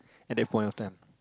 at that point of time